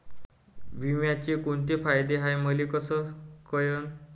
बिम्याचे कुंते फायदे हाय मले कस कळन?